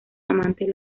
amantes